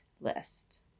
list